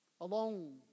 Alone